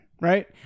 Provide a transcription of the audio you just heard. right